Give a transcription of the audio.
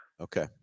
okay